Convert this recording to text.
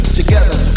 together